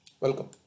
Welcome